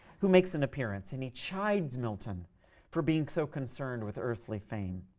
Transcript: who makes an appearance, and he chides milton for being so concerned with earthly fame